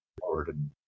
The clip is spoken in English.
forward